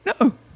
No